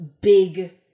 big